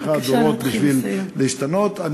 צריכה דורות כדי לשנות.